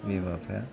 बिमा बिफाया